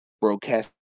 broadcast